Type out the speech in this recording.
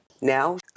Now